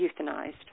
euthanized